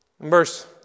Verse